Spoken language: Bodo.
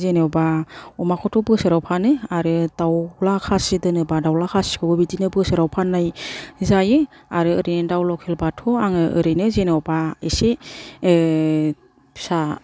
जेन'बा अमाखौथ बोसोराव फानो आरो दाउला खासि दोनोबा दावला खासिखौबो बिदिनो बोसोराव फान्नाय जायो आरो ओरैनो दाउ लकेल बाथ' आङो ओरैनो जेन'बा एसे फिसा